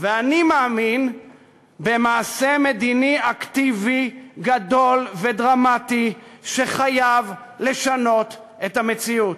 ואני מאמין במעשה מדיני אקטיבי גדול ודרמטי שחייב לשנות את המציאות.